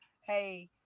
Hey